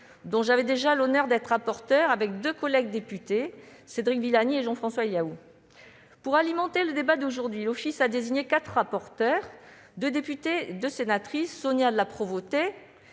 dont j'avais eu l'honneur d'être la rapporteure avec deux collègues députés, Cédric Villani et Jean-François Eliaou. Pour alimenter le débat d'aujourd'hui, l'Opecst a désigné quatre rapporteurs : deux sénatrices- Sonia de La Provôté